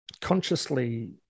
consciously